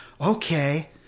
Okay